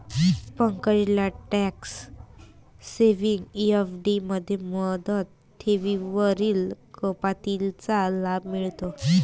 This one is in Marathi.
पंकजला टॅक्स सेव्हिंग एफ.डी मध्ये मुदत ठेवींवरील कपातीचा लाभ मिळतो